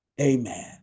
Amen